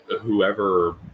Whoever